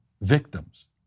victims